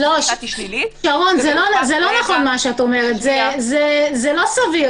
זה לא סביר.